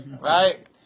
Right